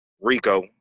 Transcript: Rico